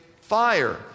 fire